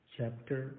Chapter